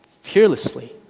Fearlessly